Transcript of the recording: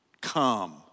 come